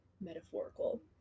metaphorical